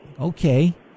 Okay